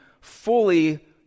fully